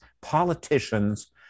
politicians